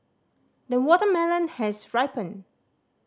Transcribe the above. the watermelon has ripened